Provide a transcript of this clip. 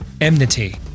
Enmity